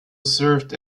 served